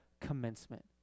commencement